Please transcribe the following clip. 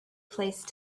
place